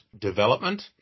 development